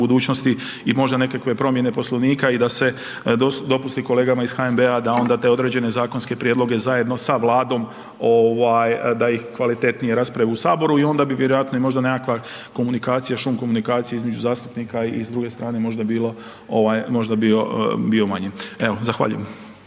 budućnosti i možda nekakve promjene Poslovnika i da se dopusti kolegama iz HNB-a da onda te određene zakonske prijedloge zajedno sa Vladom ovaj da ih kvalitetnije rasprave u saboru i onda bi vjerojatno i možda nekakva komunikacija, šum komunikacije između zastupnika i s druge strane možda bilo ovaj, možda bio manji. Evo, zahvaljujem.